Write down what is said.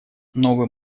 новый